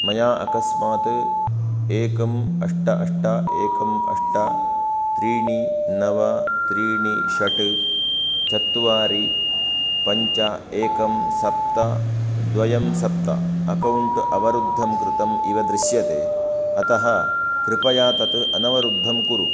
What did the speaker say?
मया अकस्मात् एकम् अष्ट अष्ट एकम् अष्ट त्रीणि नव त्रीणि षट् चत्वारि पञ्च एकं सप्त द्वयं सप्त अक्कौण्ट् अवरुद्धं कृतं इव दृश्यते अतः कृपया तत् अनवरुद्धं कुरु